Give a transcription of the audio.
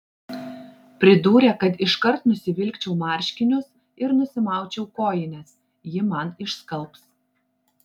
pridūrė kad iškart nusivilkčiau marškinius ir nusimaučiau kojines ji man išskalbs